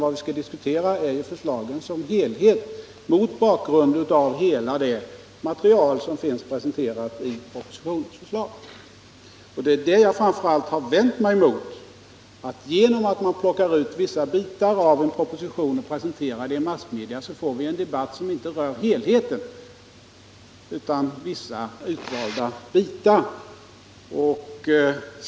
Vad vi skall diskutera är ju förslagen som helhet, mot bakgrund av hela det material som presenteras i propositionen. Vad jag framför allt har vänt mig mot är att genom att man plockar ut vissa bitar av en proposition och presenterar den i massmedia får vi en debatt som inte rör helheten utan vissa utvalda delar.